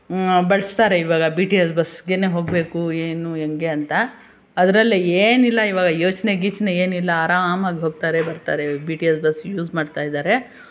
ಬಳಸ್ತಾರೆ ಈವಾಗ B T S ಬಸ್ಗೆನೇ ಹೋಗಬೇಕು ಏನು ಹೇಗೆ ಅಂತ ಅದರಲ್ಲಿ ಏನಿಲ್ಲ ಈವಾಗ ಯೋಚನೆ ಗೀಚನೆ ಏನಿಲ್ಲ ಆರಾಮಾಗಿ ಹೋಗ್ತಾರೆ ಬರ್ತಾರೆ B T S bus use ಮಾಡ್ತಾಯಿದ್ದಾರೆ